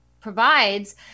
provides